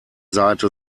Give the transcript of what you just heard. seite